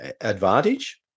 advantage